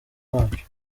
bacu